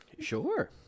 Sure